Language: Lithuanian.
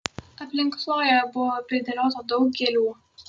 aplink chloję buvo pridėliota daug gėlių